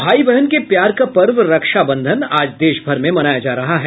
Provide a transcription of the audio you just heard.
भाई बहन के प्यार का पर्व रक्षाबंधन आज देशभर में मनाया जा रहा है